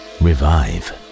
revive